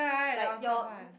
like your